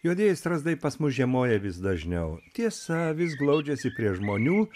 juodieji strazdai pas mus žiemoja vis dažniau tiesa vis glaudžiasi prie žmonių